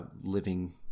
living